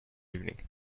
evening